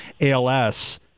ALS